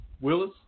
Willis